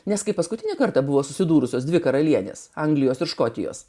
nes kaip paskutinį kartą buvo susidūrusios dvi karalienės anglijos ir škotijos